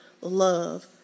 love